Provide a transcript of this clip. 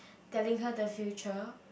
telling her the future